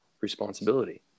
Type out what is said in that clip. responsibility